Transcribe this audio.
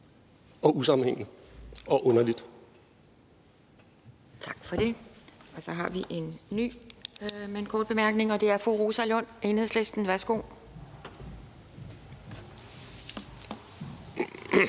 (Pia Kjærsgaard): Tak for det. Så har vi en ny med en kort bemærkning, og det er fru Rosa Lund, Enhedslisten. Værsgo.